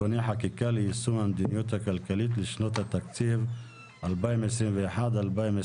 (תיקוני חקיקה ליישום המדיניות הכלכלית לשנות התקציב 2021 ו-2022),